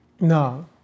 No